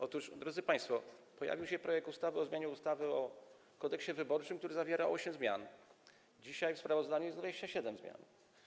Otóż, drodzy państwo, pojawił się projekt ustawy o zmianie ustawy Kodeks wyborczy, który zawierał osiem zmian, a dzisiaj w sprawozdaniu jest 27 zmian.